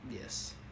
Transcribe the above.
Yes